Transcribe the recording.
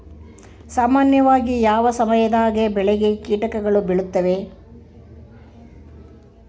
ಸಾಮಾನ್ಯವಾಗಿ ಯಾವ ಸಮಯದಾಗ ಬೆಳೆಗೆ ಕೇಟಗಳು ಬೇಳುತ್ತವೆ?